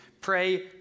Pray